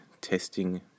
testing